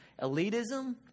Elitism